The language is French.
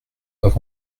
avant